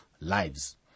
lives